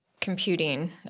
computing